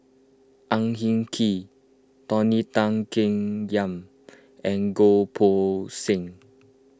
Ang Hin Kee Tony Tan Keng Yam and Goh Poh Seng